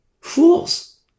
Fools